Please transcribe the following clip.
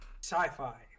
sci-fi